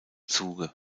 zuge